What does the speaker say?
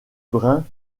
brun